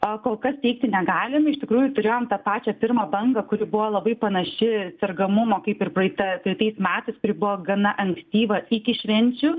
o kol kas teigti negalim iš tikrųjų turėjom tą pačią pirmą bangą kuri buvo labai panaši sergamumo kaip ir praeita praeitais metais kuris gana ankstyva iki švenčių